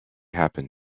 happen